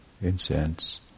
incense